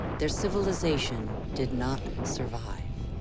their civilization did not survive.